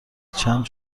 چند